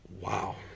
Wow